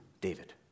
David